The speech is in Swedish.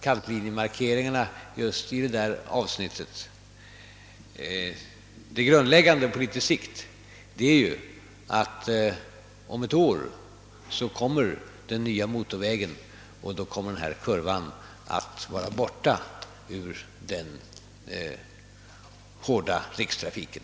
Det viktigaste på litet sikt är emellertid att den nya motorvägen kommer att tas i bruk om ett år, och då skall denna kurva vara borta ur den hårda rikstrafiken.